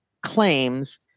claims